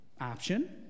option